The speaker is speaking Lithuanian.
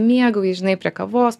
mėgauji žinai prie kavos